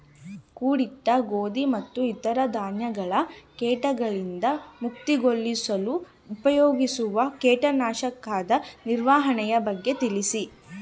ಕೂಡಿಟ್ಟ ಗೋಧಿ ಮತ್ತು ಇತರ ಧಾನ್ಯಗಳ ಕೇಟಗಳಿಂದ ಮುಕ್ತಿಗೊಳಿಸಲು ಉಪಯೋಗಿಸುವ ಕೇಟನಾಶಕದ ನಿರ್ವಹಣೆಯ ಬಗ್ಗೆ ತಿಳಿಸಿ?